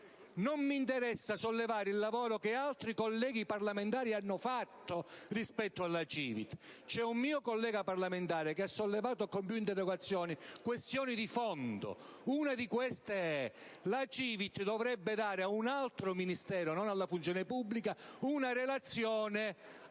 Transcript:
non mi interessa sollevare il lavoro che altri colleghi parlamentari hanno fatto rispetto alla CiVIT. C'è un mio collega parlamentare che ha sollevato con più interrogazioni questioni di fondo. Una di queste è la seguente: la CiVIT dovrebbe consegnare a un altro Ministero, e non al Dipartimento della funzione pubblica, una relazione